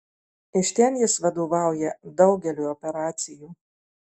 iš ten jis vadovauja daugeliui operacijų